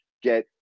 get